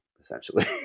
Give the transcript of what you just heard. essentially